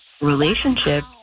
relationship